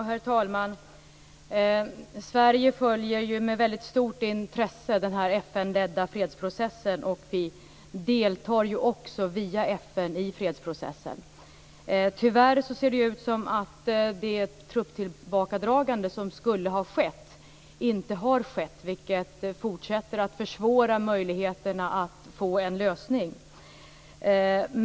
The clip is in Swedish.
Herr talman! Sverige följer med mycket stort intresse denna FN-ledda fredsprocess, och vi deltar också via FN i fredsprocessen. Tyvärr ser det ut som om det trupptillbakadragande som skulle ha skett inte har skett, vilket fortsätter att försvåra möjligheterna att få en lösning.